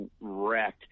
wrecked